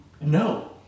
no